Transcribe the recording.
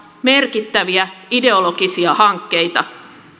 merkittäviä ideologisia hankkeita